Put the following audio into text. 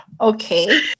okay